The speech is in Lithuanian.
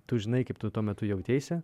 tu žinai kaip tu tuo metu jauteisi